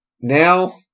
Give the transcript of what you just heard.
now